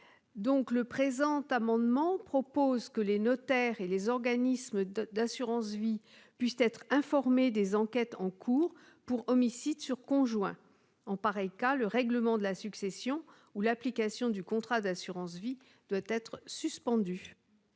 Le présent amendement a donc pour objet que les notaires et les organismes d'assurance vie puissent être informés des enquêtes en cours pour homicide sur conjoint. En pareil cas, le règlement de la succession ou l'application du contrat d'assurance vie doit être suspendu.